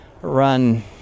run